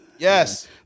Yes